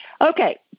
Okay